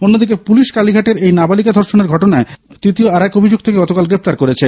অন্যদিকে পুলিশ কালীঘাটের এই নাবালিকা ধর্ষনের ঘটনায় তৃতীয় আর এই অভিযুক্তকে গতকাল গ্রেপ্তার করেছে